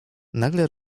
nagle